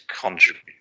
contribute